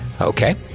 Okay